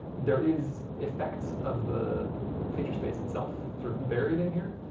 there is effect of the feature space itself, sort of buried in here,